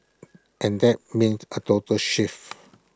and that means A total shift